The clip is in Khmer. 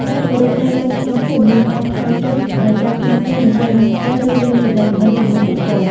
ការគោរពចាស់ទុំក្នុងភូមិមានការថយចុះដោយសារក្មេងៗមិនសូវបានស្គាល់ ឬមានទំនាក់ទំនងជាមួយពួកគាត់។